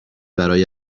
برای